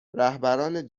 رهبران